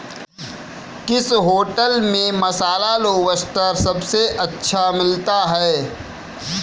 किस होटल में मसाला लोबस्टर सबसे अच्छा मिलता है?